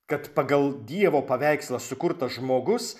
kad pagal dievo paveikslą sukurtas žmogus